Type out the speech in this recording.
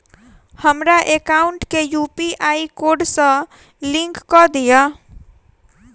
हमरा एकाउंट केँ UPI code सअ लिंक कऽ दिऽ?